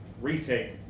retake